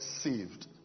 saved